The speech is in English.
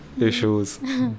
issues